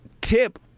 Tip